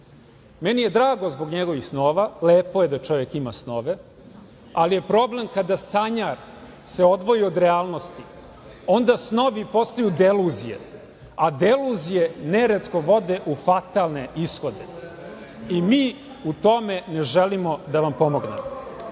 Meni je drago zbog njegovih snova, lepo je da čovek ima snove, ali je problem kada sanjar se odvoji od realnosti i onda snovi postanu deluzije, a deluzije neretko vode u fatalne ishode. Mi u tome ne želimo da vam pomognemo.